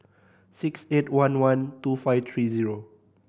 six eight one one two five three zero